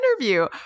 interview